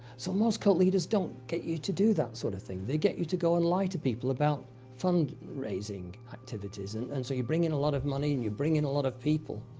so, most cult leaders don't get you to do that sort of thing. they get you to go and lie to people about fundraising activities, and and so you bring in a lot of money, and you bring in a lot of people.